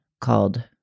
called